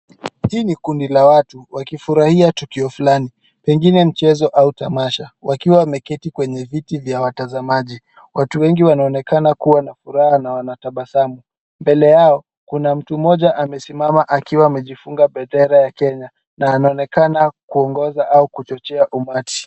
Hii ni kundi la watuwakifurahia tukio fulani, pengine mchezo au tamasha, wakiwa wameketi kwenye viti vya watazamaji. Watu wengi wanaonekaa kuwa na furaha na wanatabasamu. Mbele yao, kuna mtu mmoja amesimama akiwa amejifunga bendera ya Kenya na anaonekana kuongoza au kuchochea umati.